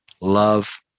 Love